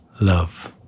love